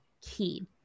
key